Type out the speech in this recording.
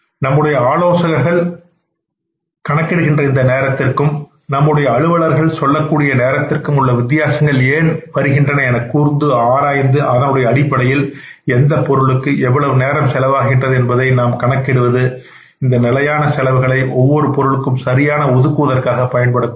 நம்முடைய ஆலோசகர்கள் கணக்கிடுகின்ற இந்த நேரத்திற்கும் நம்முடைய அலுவலர்கள் சொல்லக்கூடிய நேரத்திற்கும் உள்ள வித்தியாசங்கள் ஏன் வருகின்றன என கூர்ந்து ஆராய்ந்து அதன் அடிப்படையில் எந்த பொருளுக்கு எவ்வளவு நேரம் செலவாகின்றது என்பதை நாம் கணக்கிடுவது இந்த நிலையான செலவுகளை ஒவ்வொரு பொருள்களுக்கும் சரியாக ஒதுக்குவதற்காக பயன்படும்